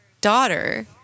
Daughter